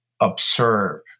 observe